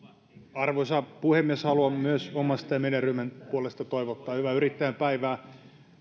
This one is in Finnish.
arvoisa puhemies haluan myös omasta ja meidän ryhmämme puolesta toivottaa hyvää yrittäjän päivää